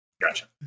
Gotcha